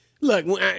look